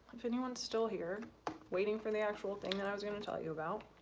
if anyone's still here waiting for the actual thing that i was gonna tell you about